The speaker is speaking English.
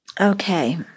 Okay